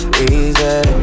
Easy